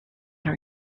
are